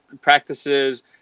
practices